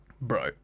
bro